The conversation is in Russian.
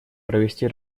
провести